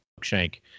shank